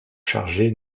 chargé